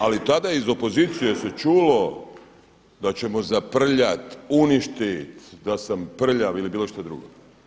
Ali tada iz opozicije se čulo da ćemo zaprljat, uništit, da sam prljav ili bilo šta drugo.